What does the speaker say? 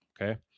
okay